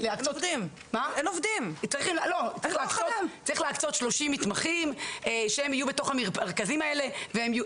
צריך להקצות 30 מתמחים שהם יהיו בתוך המרכזים האלה,